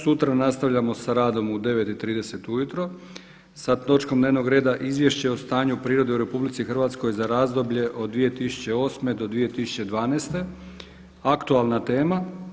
Sutra nastavljamo sa radom u 9,30 ujutro sa točkom dnevnog reda Izvješće o stanju u prirodi u RH za razdoblje od 2008. do 2012. aktualna tema.